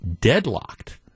deadlocked